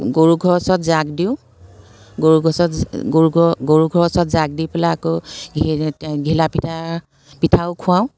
গৰু ঘৰৰ ওচৰত যাগ দিওঁ গৰু গছত গৰু ঘৰ গৰু ঘৰৰ ওচৰত যাগ দি পেলাই আকৌ ঘিলা পিঠা পিঠাও খুৱাওঁ